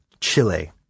Chile